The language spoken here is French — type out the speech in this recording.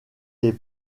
les